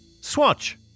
Swatch